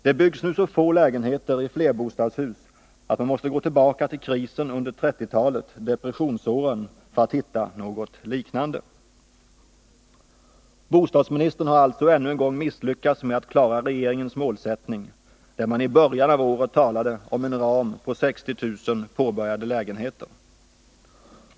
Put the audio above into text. Det byggs nu så få lägenheter i flerbostadshus att man måste gå tillbaka till krisen under 1930-talet för att hitta något liknande. Bostadsministern har alltså ännu en gång misslyckats med att klara regeringens målsättning, där man i början av året talade om en ram på 60 000 påbörjade lägenheter.